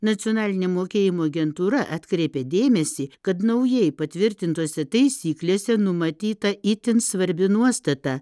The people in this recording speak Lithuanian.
nacionalinė mokėjimo agentūra atkreipė dėmesį kad naujai patvirtintose taisyklėse numatyta itin svarbi nuostata